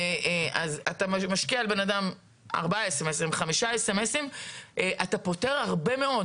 אז אתה משקיע באדם ארבע-חמש הודעות SMS ואתה פותר הרבה מאוד.